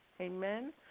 Amen